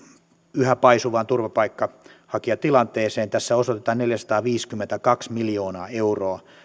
yhä paisuvaan turvapaikanhakijatilanteeseen tässä osoitetaan neljäsataaviisikymmentäkaksi miljoonaa euroa